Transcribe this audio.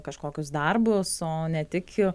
kažkokius darbus o ne tik